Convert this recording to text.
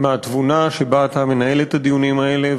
מהתבונה שבה אתה מנהל את הדיונים האלה.